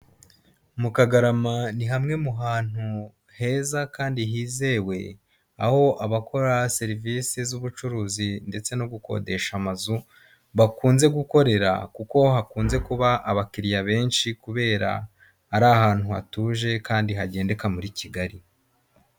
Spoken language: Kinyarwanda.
Mu kagarama ni hamwe mu hantu heza kandi hizewe aho abakora serivisi z'ubucuruzi ndetse no gukodesha amazu bakunze gukorera kuko hakunze kuba abakiriya benshi kubera ari ahantu hatuje kandi hagendeka muri Kigali.